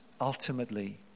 ultimately